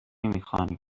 نمیخواهند